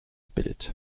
bild